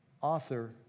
author